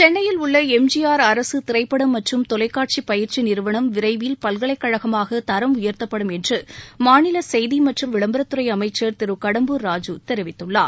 சென்னையில் உள்ள M G R அரசு திரைப்படம் மற்றும் தொலைக்காட்சி பயிற்சி நிறுவனம் விரைவில் பல்கலைக்கழகமாக தரம் உயர்த்தப்படும் என்று மாநில செய்தி மற்றும் விளம்பரத்துறை அமைச்சர் திரு கடம்புர் ராஜு தெரிவித்துள்ளார்